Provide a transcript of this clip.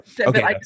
Okay